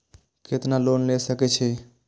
केतना लोन ले सके छीये?